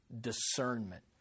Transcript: discernment